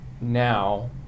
now